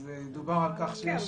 דובר על כך שיש